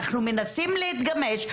אנחנו מנסים להתגמש.